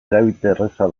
erabilerraza